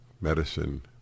medicine